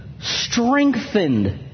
strengthened